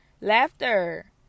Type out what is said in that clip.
laughter